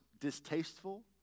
distasteful